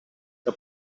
que